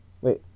Wait